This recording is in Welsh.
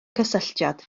cysylltiad